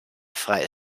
freie